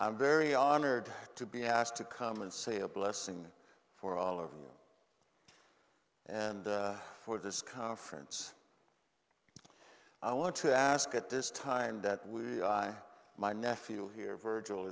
i'm very honored to be asked to come and say a blessing for all of you and for this conference i want to ask at this time that we i my nephew here virgil